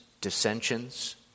dissensions